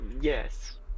Yes